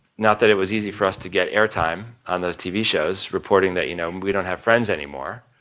not that it was easy for us to get airtime on those tv shows, reporting that you know, we don't have friends anymore.